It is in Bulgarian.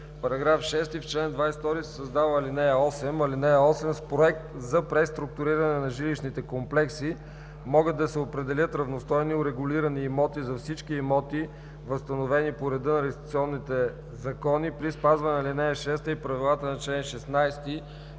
§ 6: „§ 6. В чл. 22 се създава ал. 8: „(8) С проект за преструктуриране на жилищните комплекси могат да се определят равностойни урегулирани имоти за всички имоти, възстановени по реда на реституционните закони при спазване на ал. 6 и правилата на чл. 16,